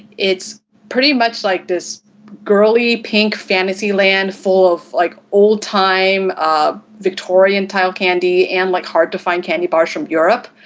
it's pretty much like this girly pink fantasy land full of like old time um victorian tile candy and like hard to find candy bars from europe.